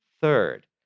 Third